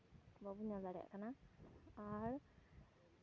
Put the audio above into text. ᱵᱟᱵᱚᱱ ᱧᱮᱞ ᱫᱟᱲᱮᱭᱟᱜ ᱠᱟᱱᱟ ᱟᱨ